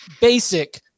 basic